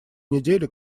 неделя